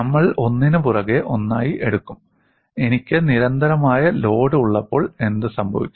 നമ്മൾ ഒന്നിനുപുറകെ ഒന്നായി എടുക്കും എനിക്ക് നിരന്തരമായ ലോഡ് ഉള്ളപ്പോൾ എന്ത് സംഭവിക്കും